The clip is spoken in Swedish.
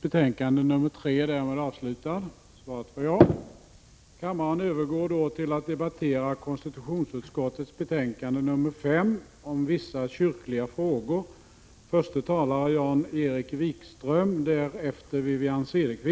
Jag konstaterar bara att Bruno Poromaa inte har följt upp motionen med ett yrkande i kammaren om bifall till motionen.